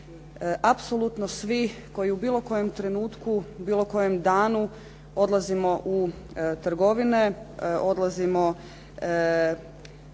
apsolutno svi koji u bilo kojem trenutku, bilo kojem danu odlazimo u trgovine, odlazimo podizati